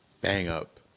bang-up